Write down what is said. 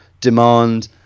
demand